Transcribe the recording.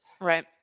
Right